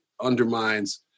undermines